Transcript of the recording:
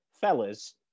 Fellas